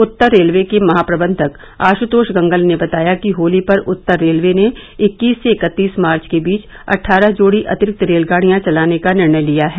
उत्तर railway के महाप्रबंधक आशुतोष गंगल ने बताया कि होली पर उत्तर रेलवे ने इक्कीस से इकत्तीस मार्च के बीच अट्ठारह जोड़ी अतिरिक्त रेलगाड़ियां चलाने का निर्णय लिया है